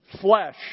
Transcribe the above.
flesh